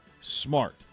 smart